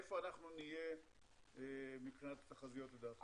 איפה נהיה מבחינת תחזיות לדעתך?